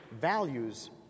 values